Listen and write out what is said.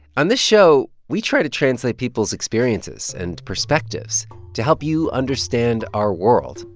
on this show, we try to translate people's experiences and perspectives to help you understand our world.